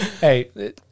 Hey